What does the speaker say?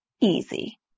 easy